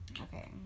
Okay